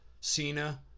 Cena